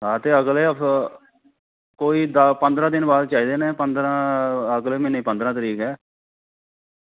ते आं ते अगले हफ्ते कोई पंदरां दिन बाद चाहिदे न ते अगले म्हीनै दी पंदरां तरीक